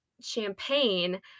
Champagne